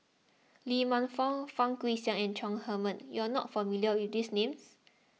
Lee Man Fong Fang Guixiang and Chong Heman You are not familiar with these names